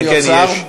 כן כן, יש,